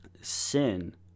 sin